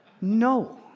No